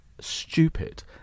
stupid